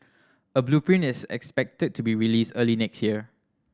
a blueprint is expected to be released early next year